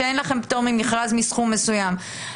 שאין לכם פטור ממכרז מסכום מסוים,